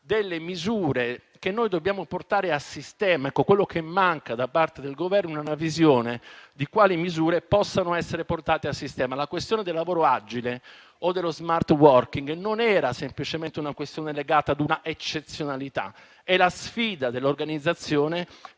delle misure che dobbiamo portare a sistema. Quello che manca, da parte del Governo, è una visione delle misure che possano essere portate a sistema. La questione del lavoro agile o dello *smart working* non era semplicemente legata a un'eccezionalità: è la sfida dell'organizzazione